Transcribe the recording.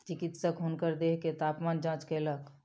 चिकित्सक हुनकर देह के तापमान जांच कयलक